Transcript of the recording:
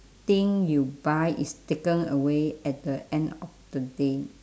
thing you buy is taken away at the end of the day